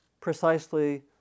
precisely